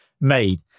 made